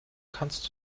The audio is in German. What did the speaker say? kannst